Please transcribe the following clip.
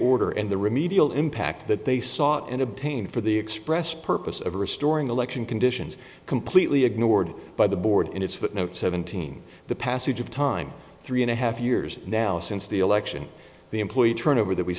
order and the remedial impact that they sought and obtained for the express purpose of restoring election conditions completely ignored by bye the it's footnote seventeen the passage of time three and a half years now since the election the employee turnover that we